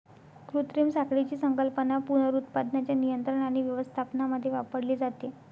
कृत्रिम साखळीची संकल्पना पुनरुत्पादनाच्या नियंत्रण आणि व्यवस्थापनामध्ये वापरली जाते